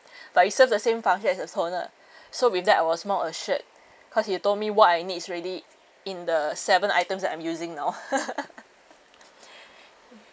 but it serve the same function as a toner so with that I was more assured cause he will told me what I needs already in the seven items that I'm using now